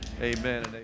amen